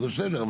בסדר.